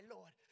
Lord